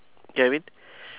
guaran~